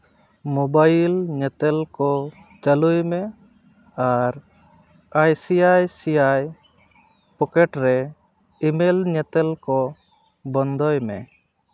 mobile ᱧᱮᱛᱮᱞ ᱠᱚ ᱪᱟᱹᱞᱩᱭ ᱢᱮ ᱟᱨ I C I C I pocket ᱨᱮ ᱤᱼᱢᱮᱞ ᱧᱮᱛᱮᱞ ᱠᱚ ᱵᱚᱱᱫᱚᱭ ᱢᱮ